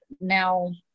now